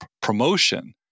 promotion